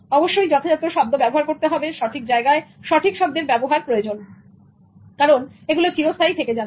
অবশ্যই যথাযথ শব্দ ব্যবহার করতে হবে সঠিক জায়গায় সঠিক শব্দের ব্যবহার প্রয়োজন কারণ এগুলো চিরস্থায়ী থেকে যাবে